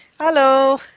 Hello